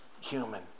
human